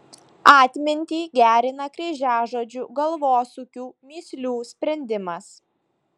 atmintį gerina kryžiažodžių galvosūkių mįslių sprendimas